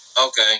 okay